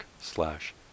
slash